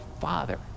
Father